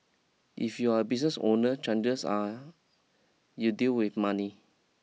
if you're a business owner chances are you deal with money